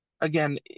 again